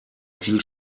viel